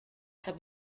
have